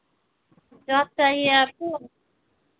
job चाहिए आपको